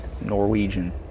Norwegian